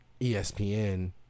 ESPN